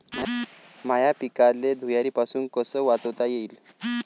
माह्या पिकाले धुयारीपासुन कस वाचवता येईन?